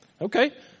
Okay